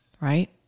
right